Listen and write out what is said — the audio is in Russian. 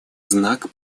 знак